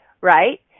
right